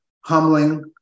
humbling